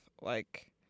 like-